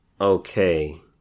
Okay